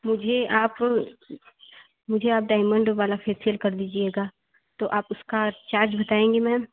मुझे आप मुझे आप डायमंड वाला फेसियल कर दीजिएगा तो आप उसका चार्ज बताएँगी मैम